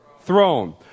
throne